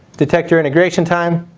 detector integration time,